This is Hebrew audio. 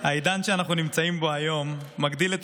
העידן שאנחנו נמצאים בו היום מגדיל את